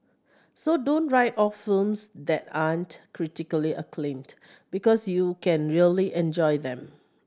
so don't write off films that aren't critically acclaimed because you can really enjoy them